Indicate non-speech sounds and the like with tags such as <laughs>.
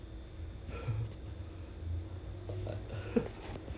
<laughs> sure bo